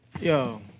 Yo